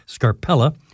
Scarpella